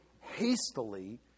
hastily